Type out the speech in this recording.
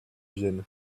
viennent